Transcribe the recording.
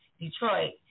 Detroit